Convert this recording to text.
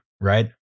right